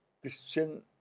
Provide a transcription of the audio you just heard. Christian